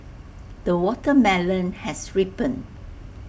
the watermelon has ripened